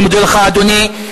אני מודה לך, אדוני.